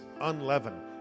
unleavened